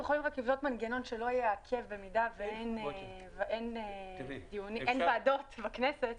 יכולים רק לבדוק מנגנון שלא יעכב אם אין ועדות בכנסת,